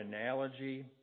analogy